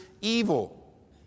evil